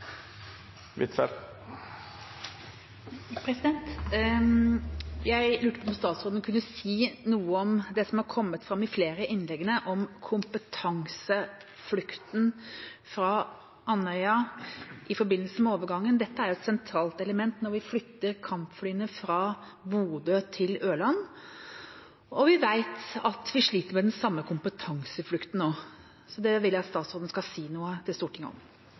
statsråden si noe om det som har kommet fram i flere av innleggene, om kompetanseflukten fra Andøya i forbindelse med overgangen? Dette er et sentralt element når vi flytter kampflyene fra Bodø til Ørland. Vi vet at vi sliter med den samme kompetanseflukten nå. Det vil jeg at statsråden skal si noe til Stortinget om.